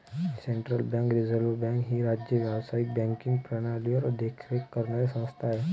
central bank reserve bank ही राज्य व्यावसायिक बँकिंग प्रणालीवर देखरेख करणारी संस्था आहे